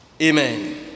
Amen